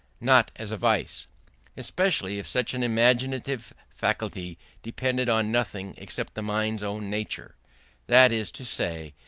not as a vice especially if such an imaginative faculty depended on nothing except the mind's own nature that is to say,